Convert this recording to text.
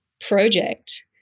project